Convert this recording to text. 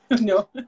No